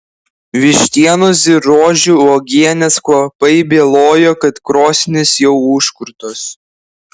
vištienos ir rožių uogienės kvapai bylojo kad krosnys jau užkurtos